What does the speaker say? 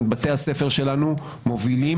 את בתי הספר שלנו מובילים,